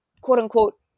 quote-unquote